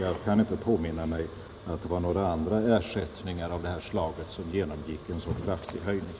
Jag kan inte påminna mig att några andra ersättningar av det här slaget undergick en så kraftig höjning.